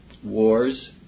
Wars